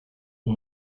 und